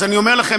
אז אני אומר לכם,